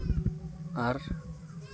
ᱟᱨ